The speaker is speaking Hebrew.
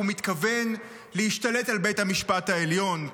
הוא מתכוון להשתלט על בית המשפט העליון,